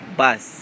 bus